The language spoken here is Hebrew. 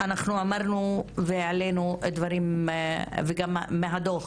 אנחנו אמרנו דברים מאוד קשים והם עולים גם מהדוח.